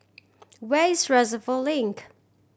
where is Reservoir Link